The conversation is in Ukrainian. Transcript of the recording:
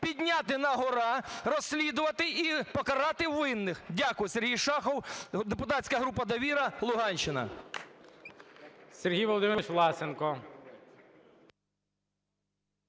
підняти на-гора, розслідувати і покарати винних. Дякую. Сергій Шахов, депутатська група "Довіра", Луганщина.